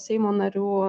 seimo narių